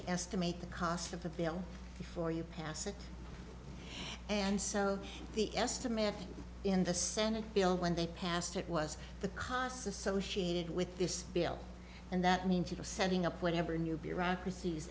to estimate the cost of the bill before you pass it and so the estimate in the senate bill when they passed it was the costs associated with this bill and that means you know setting up whatever new bureaucracies